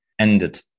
ended